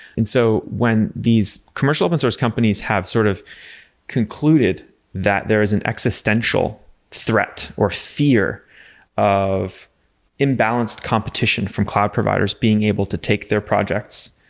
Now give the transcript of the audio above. and so, when these commercial open source companies have sort of concluded that there is an existential threat or fear of imbalanced competition from cloud providers being able to take their projects,